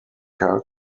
car